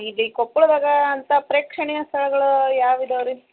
ಇಡೀ ಕೊಪ್ಪಳದಾಗ ಅಂಥಾ ಪ್ರೇಕ್ಷಣೀಯ ಸ್ಥಳಗಳು ಯಾವುವು ಇದಾವು ರೀ